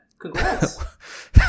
Congrats